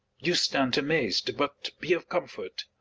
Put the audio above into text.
you stand amaz'd but be of comfort.